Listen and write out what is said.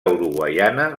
uruguaiana